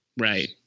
Right